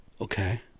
Okay